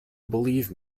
believe